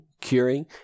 curing